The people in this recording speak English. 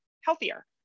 healthier